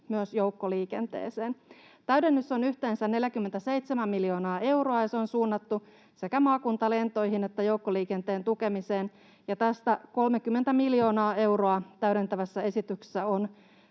myös joukkoliikenteeseen. Täydennys on yhteensä 47 miljoonaa euroa, ja se on suunnattu sekä maakuntalentoihin että joukkoliikenteen tukemiseen. Tästä 30 miljoonaa euroa on suunnattu suurten